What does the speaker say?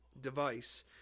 device